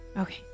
Okay